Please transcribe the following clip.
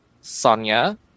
Sonia